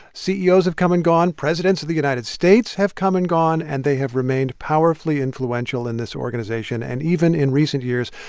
ceos have come and gone. presidents of the united states have come and gone, and they have remained powerfully influential in this organization. and even in recent years,